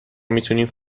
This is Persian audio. میتونین